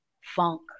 funk